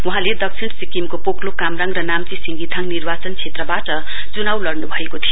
वहाँले दक्षिण सिक्किमको पोकलोक कामराङ र नाम्चि सिंगिथाङ निर्वाचन क्षेत्रवाट चुनाउ लड़नु भएको थियो